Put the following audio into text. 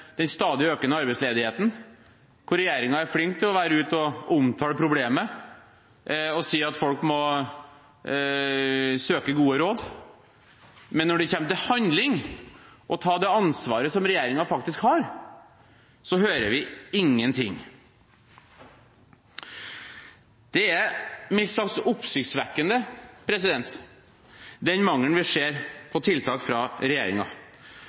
den stadig økende arbeidsledigheten, der regjeringen er flink til å være ute og omtale problemet og si at folk må søke gode råd, men når det kommer til handling – å ta det ansvaret som regjeringen faktisk har – hører vi ingenting. Den mangelen på tiltak vi ser fra regjeringen, er mildt sagt oppsiktsvekkende,